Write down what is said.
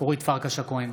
אורית פרקש הכהן,